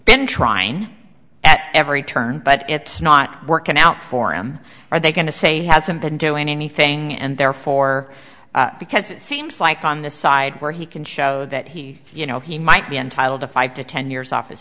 been trying at every turn but it's not working out for him or are they going to say he hasn't been doing anything and therefore because it seems like on the side where he can show that he's you know he might be entitled to five to ten years off